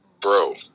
Bro